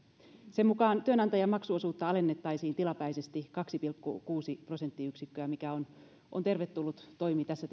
sen mukaan työnantajan maksuosuutta alennettaisiin tilapäisesti kaksi pilkku kuusi prosenttiyksikköä mikä on tervetullut toimi tässä